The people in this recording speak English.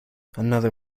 another